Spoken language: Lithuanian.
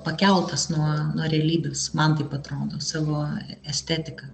pakeltas nuo nuo realybės man taip atrodo savo estetika